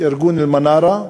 את ארגון "אלמנארה",